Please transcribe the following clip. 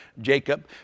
Jacob